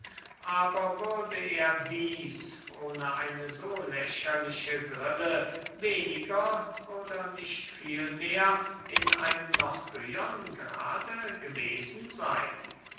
aber würde er dieß ohne eine so lächerliche grille weniger oder nicht vielmehr in einem noch höhern grade gewesen seyn